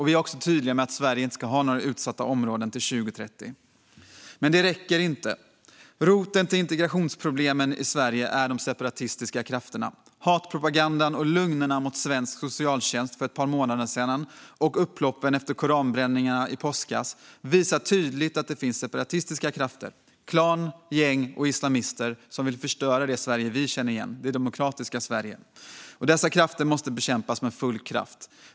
Vi är också tydliga med att Sverige inte ska ha några utsatta områden till 2030. Men det räcker inte. Roten till integrationsproblemen i Sverige är de separatistiska krafterna. Hatpropagandan mot och lögnerna om svensk socialtjänst för ett par månader sedan och upploppen efter koranbränningarna i påskas visar tydligt att det finns separatistiska krafter - klaner, gäng och islamister - som vill förstöra det Sverige vi känner igen, det demokratiska Sverige. Dessa krafter måste bekämpas med full kraft.